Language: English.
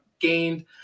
gained